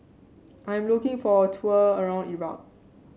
I'm looking for a tour around Iraq